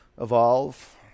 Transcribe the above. evolve